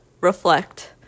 reflect